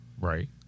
right